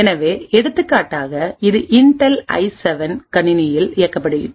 எனவே எடுத்துக்காட்டாக இது இன்டெல் ஐ7 கணினியில் இயக்கப்பட்டது